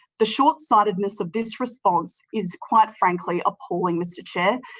the short-sightedness of this response is quite frankly appalling, mr chair.